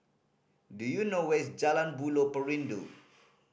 do you know where's Jalan Buloh Perindu